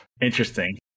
Interesting